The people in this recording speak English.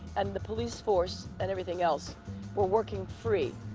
and the police force and everything else were working free.